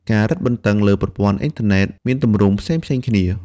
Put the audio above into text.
ការរឹតបន្តឹងលើប្រព័ន្ធអ៊ីនធឺណិតមានទម្រង់ផ្សេងៗគ្នា។